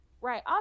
right